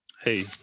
hey